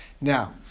Now